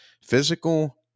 physical